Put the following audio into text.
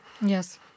Yes